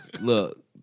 look